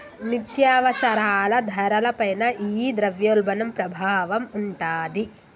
నిత్యావసరాల ధరల పైన ఈ ద్రవ్యోల్బణం ప్రభావం ఉంటాది